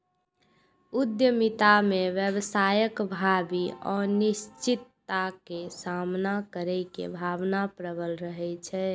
उद्यमिता मे व्यवसायक भावी अनिश्चितता के सामना करै के भावना प्रबल रहै छै